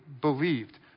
believed